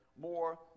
more